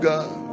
God